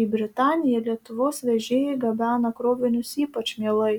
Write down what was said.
į britaniją lietuvos vežėjai gabena krovinius ypač mielai